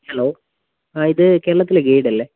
hello ആ ഇത് കേരളത്തിലെ ഗൈഡ് അല്ലേ